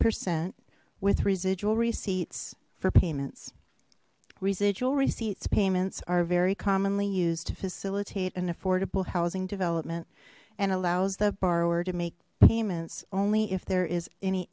percent with residual receipts for payments residual receipts payments are very commonly used to facilitate an affordable housing development and allows the borrower to make payments only if there is any